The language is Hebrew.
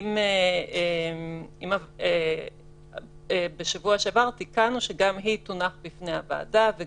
גם היא תונח בפני הוועדה כך תיקנו בשבוע